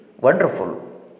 wonderful